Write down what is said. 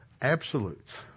absolutes